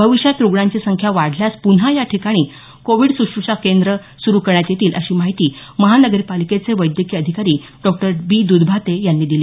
भविष्यात रुग्णांची संख्या वाढल्यास पुन्हा या ठिकाणी कोविड सुश्रुषा सुरु करण्यात येतील अशी माहिती महानगरपालिकेचे वैद्यकीय अधिकारी डॉ बी दुधभाते यांनी दिली